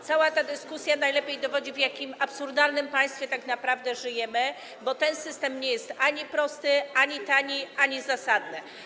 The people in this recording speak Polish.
Cała ta dyskusja najlepiej dowodzi, w jakim absurdalnym państwie tak naprawdę żyjemy, bo ten system nie jest ani prosty, ani tani, ani zasadny.